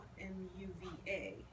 M-U-V-A